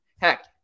Heck